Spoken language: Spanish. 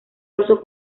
uso